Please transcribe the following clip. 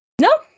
No